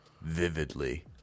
vividly